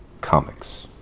comics